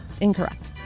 Incorrect